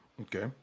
Okay